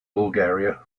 bulgaria